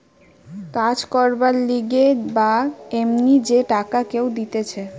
কাজ করবার লিগে বা এমনি যে টাকা কেউ দিতেছে